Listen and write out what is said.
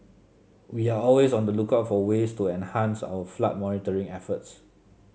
we are always on the lookout for ways to enhance our flood monitoring efforts